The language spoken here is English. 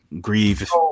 grieve